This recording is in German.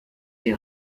die